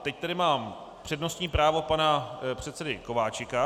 Teď tady mám přednostní právo pana předsedy Kováčika.